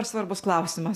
svarbus klausimas